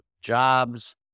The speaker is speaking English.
jobs